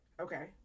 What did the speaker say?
Okay